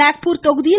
நாக்பூர் தொகுதியில்